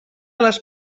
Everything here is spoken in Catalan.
les